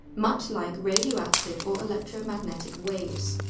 much like radioactive or electromagnetic waves.